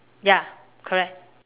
ya correct